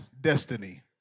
destiny